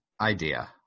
idea